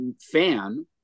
fan